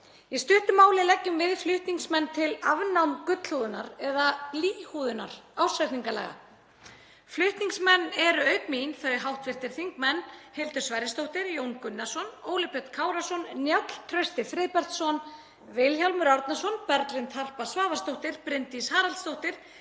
Í stuttu máli leggjum við flutningsmenn til afnám gullhúðunar eða blýhúðunar ársreikningalaga. Flutningsmenn eru auk mín hv. þingmenn Hildur Sverrisdóttir, Jón Gunnarsson, Óli Björn Kárason, Njáll Trausti Friðbertsson, Vilhjálmur Árnason, Berglind Harpa Svavarsdóttir, Bryndís Haraldsdóttir,